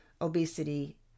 obesity